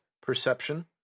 Perception